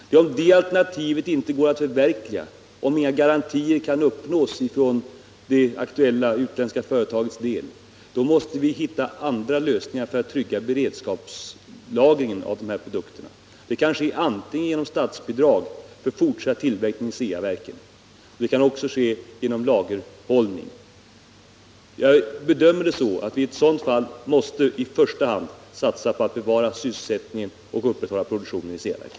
Går det inte att förverkliga detta alternativ, om inga garantier kan ges ifrån det aktuella utländska företaget, måste vi finna andra lösningar för att trygga beredskapslagringen av produkterna. Det kan ske antingen genom statsbidrag för fortsatt tillverkning vid Ceaverken eller genom lagerhållning. Jag bedömer det så att vi i ett sådant fall i första hand måste satsa på att bevara sysselsättningen och upprätthålla produktionen vid Ceaverken.